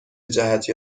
جهت